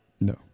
No